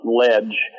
ledge